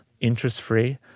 interest-free